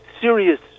serious